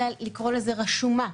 אלא לקרוא לזה רשומה.